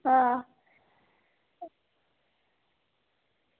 हां